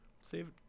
Save